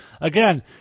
Again